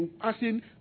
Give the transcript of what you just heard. asking